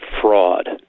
fraud